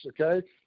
okay